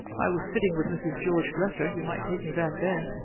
i was sitting with mrs. george dresser. you might take me back there.